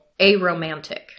aromantic